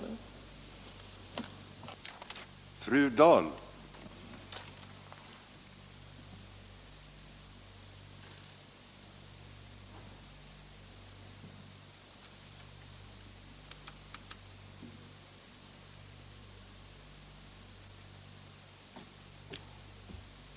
Tisdagen den